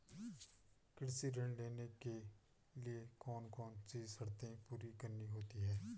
कृषि ऋण लेने के लिए कौन कौन सी शर्तें पूरी करनी होती हैं?